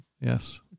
Yes